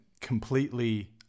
completely